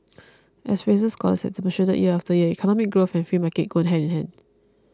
as Fraser scholars have demonstrated year after year economic growth and free markets go hand in hand